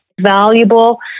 valuable